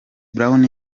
brown